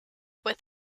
with